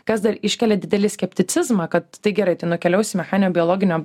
kas dar iškelia didelį skepticizmą kad tai gerai tai nukeliaus į mechaninio biologinio